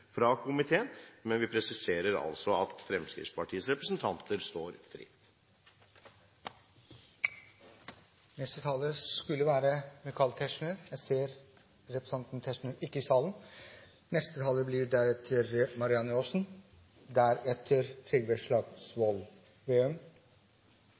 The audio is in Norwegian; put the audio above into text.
fra komiteen. Men vi presiserer altså at Fremskrittspartiets representanter står fritt. Neste taler skulle vært Michael Tetzschner. Jeg kan ikke se at representanten Tetzschner er i salen. Neste taler blir derfor Marianne Aasen.